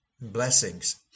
blessings